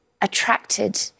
attracted